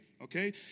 Okay